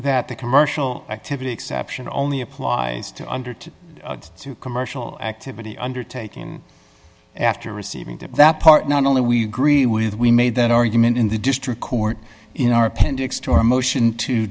that the commercial activity exception only applies to undertook to commercial activity undertaken after receiving that part not only we agree with we made that argument in the district court in our pending motion to